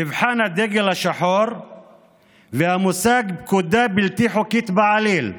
מבחן הדגל השחור והמושג "פקודה בלתי חוקית בעליל"